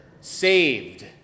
Saved